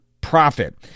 profit